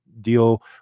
deal